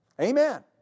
Amen